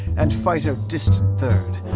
and fighter distant third.